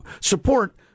support